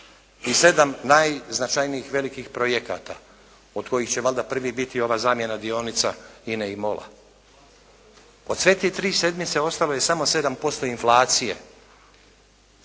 i 7 najznačajnijih velikih projekata od kojih će valjda prvi biti ova zamjena dionica INA-e i MOL-a. Od sve te tri sedmice ostalo je amo 7% inflacije.